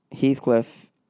Heathcliff